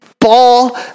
ball